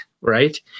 Right